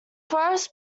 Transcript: forests